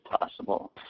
possible